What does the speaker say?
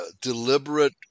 deliberate